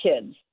kids